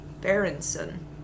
Berenson